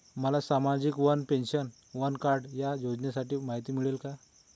मला सामाजिक one nation, one card या योजनेची माहिती मिळेल का?